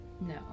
No